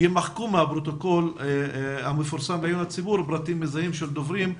ימחקו מהפרוטוקול המפורסם לציבור פרטים מזהים של דוברים,